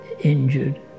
injured